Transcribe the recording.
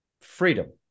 freedom